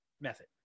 method